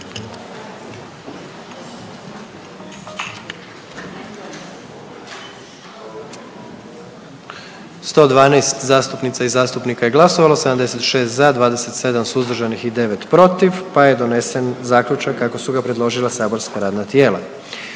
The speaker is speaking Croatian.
112 zastupnica i zastupnika je glasovalo, 76 za, 27 suzdržanih i 9 protiv pa je donesen Zaključak kako su ga predložila saborska radna tijela.